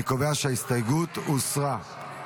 אני קובע שההסתייגות הוסרה.